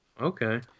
Okay